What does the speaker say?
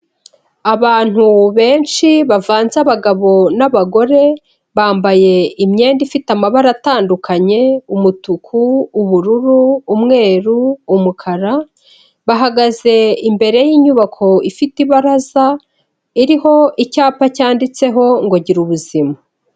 Abantu benshi bavanze abagabo n'abagore, bambaye imyenda ifite amabara atandukanye: umutuku, ubururu, umweru, umukara, bahagaze imbere y'inyubako ifite ibaraza iriho icyapa cyanditseho ngo gira ubuzima.